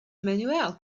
manuel